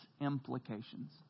implications